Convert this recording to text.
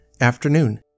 afternoon